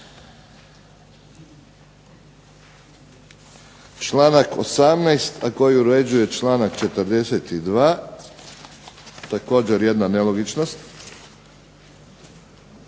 članak 18. a koji uređuje članak 42. također jedna nelogičnost,